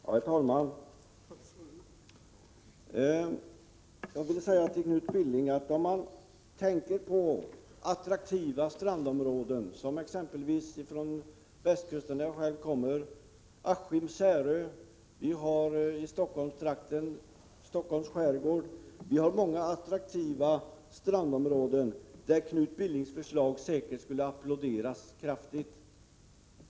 Herr talman! Det finns många attraktiva strandområden — exempelvis Askim och Särö på västkusten, och i Stockholms skärgård — där Knut Billings förslag säkert skulle applåderas kraftigt.